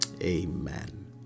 Amen